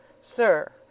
Sir